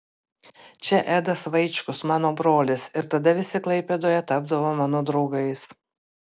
čia edas vaičkus mano brolis ir tada visi klaipėdoje tapdavo mano draugais